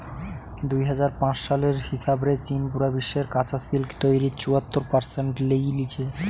দুই হাজার পাঁচ সালের হিসাব রে চীন পুরা বিশ্বের কাচা সিল্ক তইরির চুয়াত্তর পারসেন্ট লেই লিচে